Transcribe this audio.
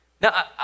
Now